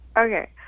Okay